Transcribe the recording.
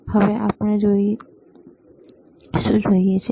હવે આપણે શું જોઈએ છીએ